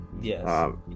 Yes